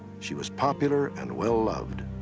she was popular and well-loved.